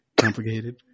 complicated